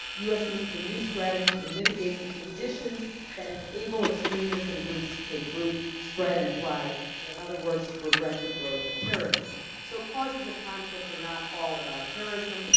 u s. needs a new strategy to mitigate the conditions that enable extremism groups to take root, spread, and thrive, in other words, to prevent the growth of terrorism. so causes of conflict are not all about terrorism,